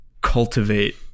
cultivate